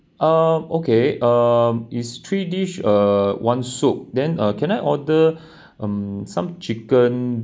uh okay um is three dish uh one soup then uh can I order um some chicken